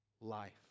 life